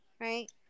right